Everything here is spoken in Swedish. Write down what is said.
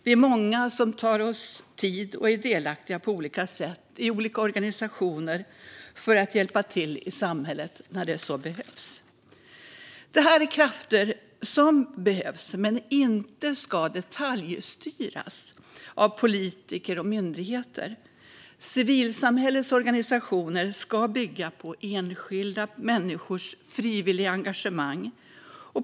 Vi är många som tar oss tid och är delaktiga på olika sätt i olika organisationer för att hjälpa till i samhället när så behövs. Det här är krafter som behövs men inte ska detaljstyras av politiker och myndigheter. Civilsamhällets organisationer ska bygga på enskilda människors frivilliga engagemang.